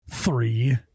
Three